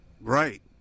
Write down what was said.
right